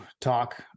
talk